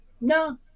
no